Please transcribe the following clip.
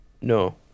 No